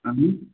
اَہن حظ